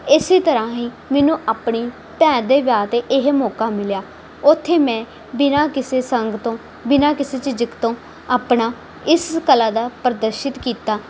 ਇਸ ਤਰ੍ਹਾਂ ਹੀ ਮੈਨੂੰ ਆਪਣੀ ਭੈਣ ਦੇ ਵਿਆਹ 'ਤੇ ਇਹ ਮੌਕਾ ਮਿਲਿਆ ਉੱਥੇ ਮੈਂ ਬਿਨ੍ਹਾਂ ਕਿਸੇ ਸੰਗ ਤੋਂ ਬਿਨ੍ਹਾਂ ਕਿਸੇ ਝਿਜਕ ਤੋਂ ਆਪਣਾ ਇਸ ਕਲਾ ਦਾ ਪ੍ਰਦਰਸ਼ਨ ਕੀਤਾ